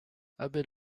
abel